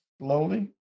slowly